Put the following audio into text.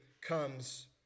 comes